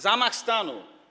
Zamach stanu.